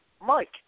Mike